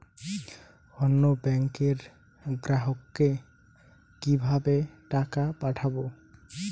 অন্য ব্যাংকের গ্রাহককে কিভাবে টাকা পাঠাবো?